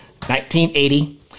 1980